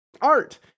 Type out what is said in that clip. art